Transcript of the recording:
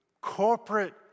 corporate